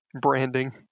Branding